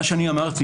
אמרתי